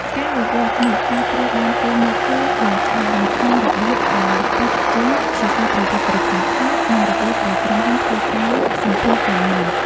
ការវិវត្តន៍នេះអាចត្រូវបានគេមើលឃើញយ៉ាងច្បាស់នៅក្នុងរបៀបដែលបេក្ខជនសរសេរប្រវត្តិរូបសង្ខេប និងរបៀបដែលក្រុមហ៊ុនធ្វើការសម្ភាសន៍ការងារ។